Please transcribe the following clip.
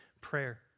prayer